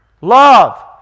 love